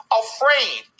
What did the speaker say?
afraid